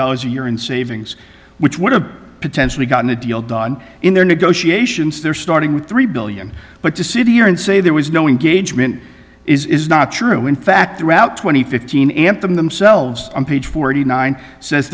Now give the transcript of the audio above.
dollars a year in savings which would have potentially gotten a deal done in their negotiations their starting with three billion but to sit here and say there was no engagement is not true in fact throughout two thousand and fifteen amp them themselves on page forty nine says